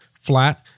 flat